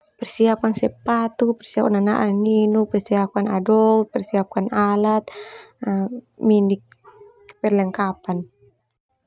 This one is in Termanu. Persiapkan sepatu, persiapkan nanaak nininuk, persiapkan adok, persiapkan alat, mini perlengkapan.